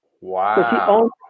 Wow